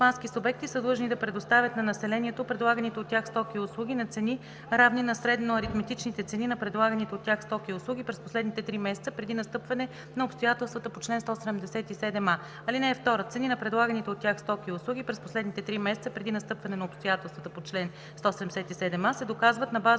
длъжни да предоставят на населението предлаганите от тях стоки и услуги на цени, равни на средноаритметичните цени на предлаганите от тях стоки и услуги през последните три месеца преди настъпване на обстоятелствата по чл. 177а. (2) Цени на предлаганите от тях стоки и услуги през последните три месеца преди настъпване на обстоятелствата по чл. 177а се доказват на база